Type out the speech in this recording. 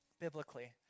biblically